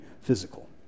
physical